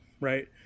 Right